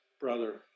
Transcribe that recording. brother